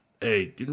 hey